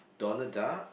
Donald-Duck